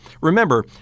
Remember